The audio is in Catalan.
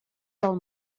del